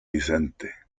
vicente